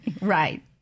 Right